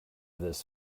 this